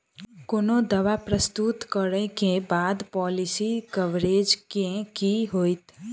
कोनो दावा प्रस्तुत करै केँ बाद पॉलिसी कवरेज केँ की होइत?